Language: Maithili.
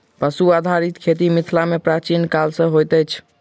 पशु आधारित खेती मिथिला मे प्राचीन काल सॅ होइत अछि